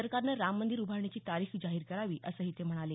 सरकारनं राम मंदिर उभारणीची तारीख जाहीर करावी असंही ते म्हणाले